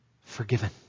forgiven